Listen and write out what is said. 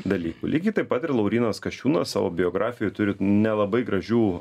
dalykų lygiai taip pat ir laurynas kasčiūnas savo biografijoj turi nelabai gražių